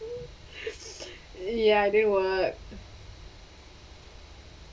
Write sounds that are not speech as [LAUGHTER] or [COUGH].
[LAUGHS] ya they were